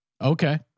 Okay